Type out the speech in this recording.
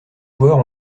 joueurs